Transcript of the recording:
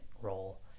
role